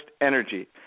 energy